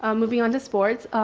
ah moving on to sports.